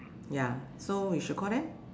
ya so we should call them